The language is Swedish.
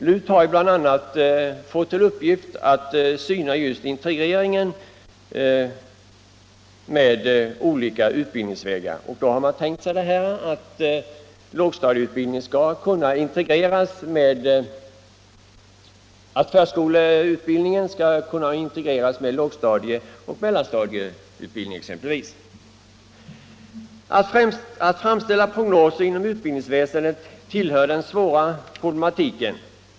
LUT har bl.a. fått i uppgift att syna just integreringen av olika utbildningsvägar, och man har tänkt sig att förskollärarutbildning skall kunna integreras med lågstadieoch mellanstadielärarutbildning, exempelvis. Att framställa prognoser inom utbildningsväsendet tillhör den svåra problematiken.